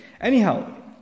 Anyhow